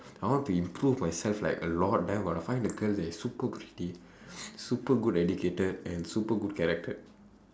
I want to improve myself like a lot then I am gonna find a girl that is super pretty super good educated and super good character